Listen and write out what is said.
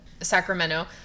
Sacramento